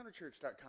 counterchurch.com